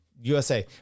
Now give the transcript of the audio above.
USA